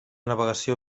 navegació